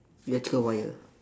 electrical wire